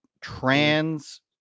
trans